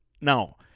Now